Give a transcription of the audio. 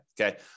okay